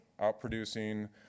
outproducing